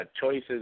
choices